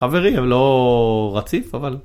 חברים לא רציף אבל.